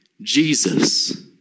Jesus